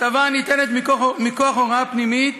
הטבה הניתנת מכוח הוראה פנימית